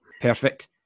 Perfect